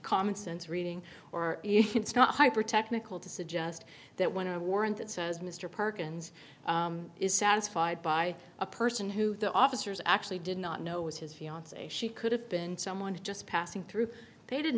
commonsense reading or not hypertechnical to suggest that when i warrant it says mr perkins is satisfied by a person who the officers actually did not know was his fiance she could have been someone to just passing through they didn't